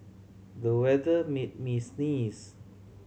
the weather made me sneeze